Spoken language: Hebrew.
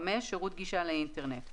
(5)שירות גישה לאינטרנט,